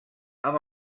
amb